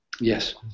Yes